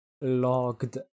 logged